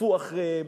רדפו אחריהם,